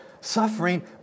suffering